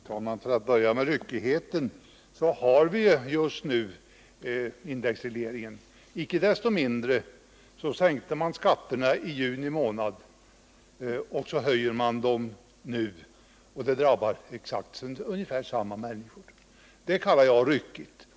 Herr talman! För att börja med ryckigheten, så har vi ju just nu indexregleringen. Icke desto mindre sänkte man skatterna i juni månad och höjer dem nu, och det drabbar ungefär samma människor. Det kallar jag ryckigt.